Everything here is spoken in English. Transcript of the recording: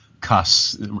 cuss